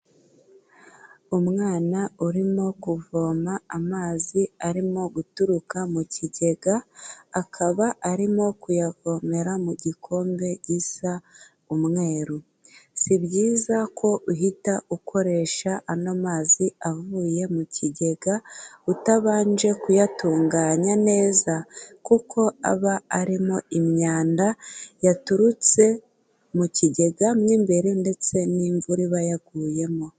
Umwana urimo kuvoma amazi arimo guturuka mu kigega, akaba arimo kuyavomera mu gikombe gisa umweru, si byiza ko uhita ukoresha ano mazi avuye mu kigega, utabanje kuyatunganya neza, kuko aba arimo imyanda yaturutse mu kigega mo imbere, ndetse n'imvura iba yaguyemo.